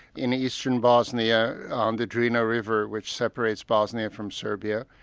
in eastern bosnia on the drina river which separates bosnia from serbia,